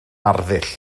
arddull